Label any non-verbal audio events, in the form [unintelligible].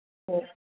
[unintelligible]